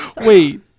Wait